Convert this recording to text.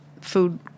food